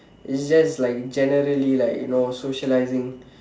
it's just like generally like you know socialising